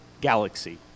galaxy